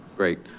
great,